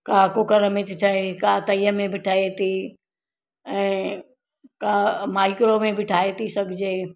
काई कुकर में थी ठहे काई तईअ में बि ठहे थी ऐं काई माइक्रो में बि ठाहे थी सघिजे